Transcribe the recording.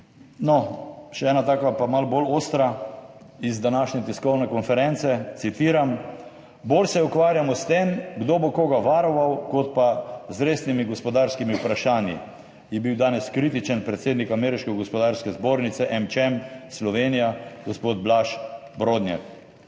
No, še ena taka malo bolj ostra iz današnje tiskovne konference, citiram: »Bolj se ukvarjamo s tem, kdo bo koga varoval, kot pa z resnimi gospodarskimi vprašanji.«, je bil danes kritičen predsednik Ameriške gospodarske zbornice – AmCham Slovenija, gospod Blaž Brodnjak.